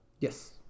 Yes